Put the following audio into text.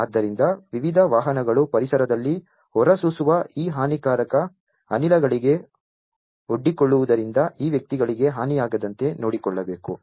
ಆದ್ದರಿಂದ ವಿವಿಧ ವಾಹನಗಳು ಪರಿಸರದಲ್ಲಿ ಹೊರಸೂಸುವ ಈ ಹಾನಿಕಾರಕ ಅನಿಲಗಳಿಗೆ ಒಡ್ಡಿಕೊಳ್ಳುವುದರಿಂದ ಈ ವ್ಯಕ್ತಿಗಳಿಗೆ ಹಾನಿಯಾಗದಂತೆ ನೋಡಿಕೊಳ್ಳಬೇಕು